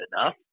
enough